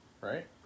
right